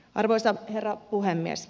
arvoisa herra puhemies